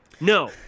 No